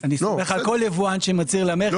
אני סומך על כל יבואן שמצהיר למכס,